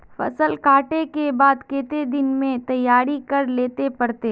फसल कांटे के बाद कते दिन में तैयारी कर लेले पड़ते?